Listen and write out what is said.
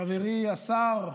חברי השר,